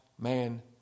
man